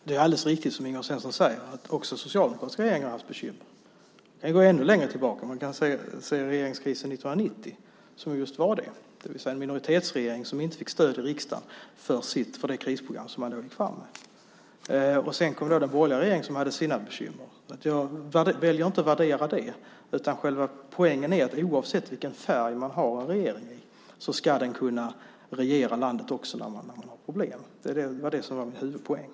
Fru talman! Det är alldeles riktigt som Ingvar Svensson säger att också socialdemokratiska regeringar har haft bekymmer. Vi kan gå ännu längre tillbaka och se regeringskrisen 1990. Det var en minoritetsregering som inte fick stöd i riksdagen för det krisprogram som man då gick fram med. Sedan kom den borgerliga regeringen som hade sina bekymmer. Jag väljer inte att värdera det. Själva poängen är att oavsett vilken färg regeringen har ska den kunna regera landet också när man har problem. Det var min huvudpoäng.